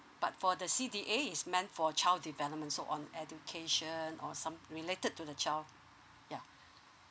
but for the C_D_A is meant for child development so on education or some related to the child ya